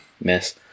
Miss